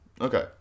Okay